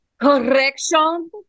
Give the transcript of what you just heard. correction